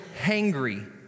hangry